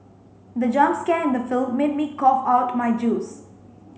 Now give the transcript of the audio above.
the jump scare in the film made me cough out my juice